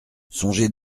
songez